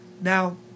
Now